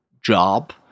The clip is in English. job